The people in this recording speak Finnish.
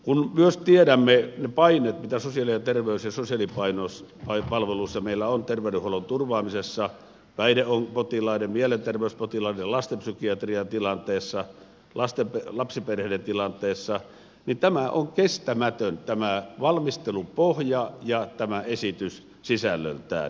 kun myös tiedämme ne paineet mitä terveys ja sosiaalipalveluissa meillä on terveydenhuollon turvaamisessa päihdepotilaiden mielenterveyspotilaiden lastenpsykiatrian tilanteessa lapsiperheiden tilanteessa niin tämä valmistelun pohja ja esitys sisällöltään on kestämätön